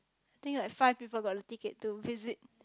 I think like five people got the ticket to visit